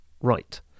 right